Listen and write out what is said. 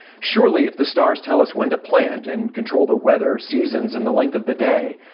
surely if the stars tell us when to plant, and control the weather, seasons, and the length of the day,